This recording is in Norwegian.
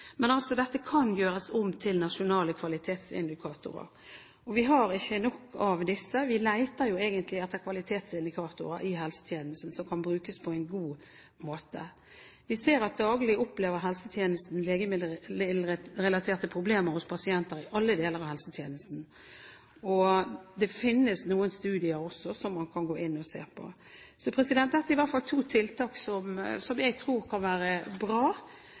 Men dette kan gjøres om til nasjonale kvalitetsindikatorer. Vi har ikke nok av disse. Vi leter jo egentlig etter kvalitetsindikatorer i helsetjenesten som kan brukes på en god måte. Vi ser at man daglig opplever legemiddelrelaterte problemer hos pasientene i alle deler av helsetjenesten. Det finnes også noen studier som man kan gå inn og se på. Dette er i hvert fall to tiltak som jeg tror kan være bra